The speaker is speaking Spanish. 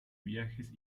viajes